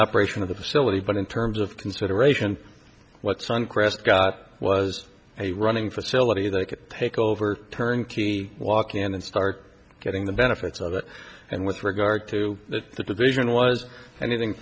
operation of the facility but in terms of consideration what suncrest got was a running facility that could take over turn key walk in and then start getting the benefits of it and with regard to the division was anything